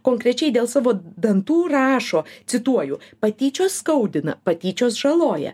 konkrečiai dėl savo dantų rašo cituoju patyčios skaudina patyčios žaloja